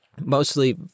Mostly